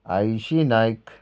Ayshi Naik